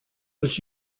was